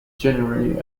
generally